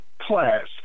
class